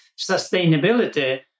sustainability